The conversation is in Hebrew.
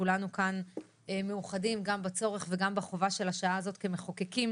כולנו כאן מאוחדים גם בצורך וגם בחובה של השעה הזאת כמחוקקים